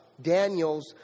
Daniel's